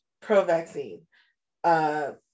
pro-vaccine